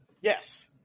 yes